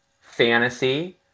fantasy